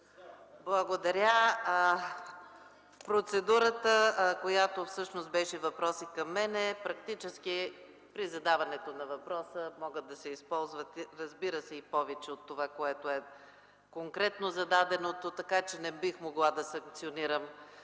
Благодаря. Процедурата, която всъщност беше въпрос и към мен. Практически при задаването на въпроса може да се използва, разбира се, и повече от това, което е конкретно зададеното, така че не бих могла да санкционирам